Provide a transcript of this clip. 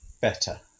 better